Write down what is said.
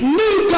new